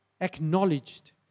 acknowledged